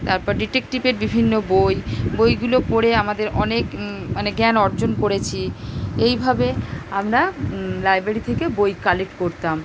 তারপর ডিটেক্টিভের বিভিন্ন বই বইগুলো পড়ে আমাদের অনেক মানে জ্ঞান অর্জন করেছি এইভাবে আমরা লাইব্রেরি থেকে বই কালেক্ট করতাম